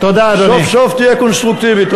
סוף סוף תהיה קונסטרוקטיבית.